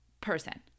person